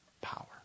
power